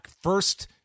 first